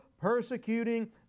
persecuting